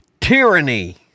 tyranny